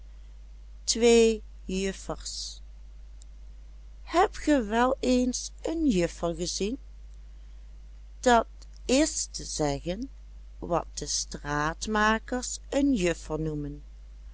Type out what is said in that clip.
twee juffers hebt ge wel eens een juffer gezien dat is te zeggen wat de straatmakers een juffer noemen